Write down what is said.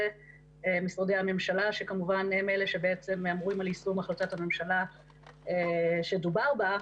משרדי הממשלה שכמובן הם אלה שאמונים על יישום החלטת הממשלה שדובר בה.